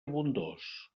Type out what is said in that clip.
abundós